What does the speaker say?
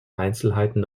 einzelheiten